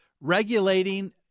regulating